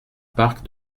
parcs